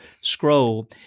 scroll